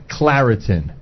Claritin